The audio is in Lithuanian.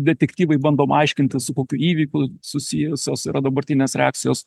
detektyvai bandom aiškintis su kokiu įvykiu susijusios yra dabartinės reakcijos